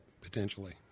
potentially